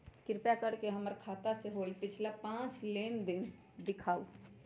कृपा कर के हमर खाता से होयल पिछला पांच लेनदेन दिखाउ